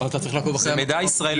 אתה צריך לעקוב אחרי -- זה מידע ישראלי.